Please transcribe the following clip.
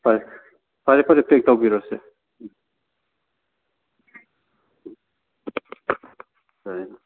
ꯐꯔꯦ ꯐꯔꯦ ꯐꯔꯦ ꯄꯦꯛ ꯇꯧꯕꯤꯔꯣꯁꯦ ꯌꯥꯔꯦꯅ